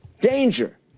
danger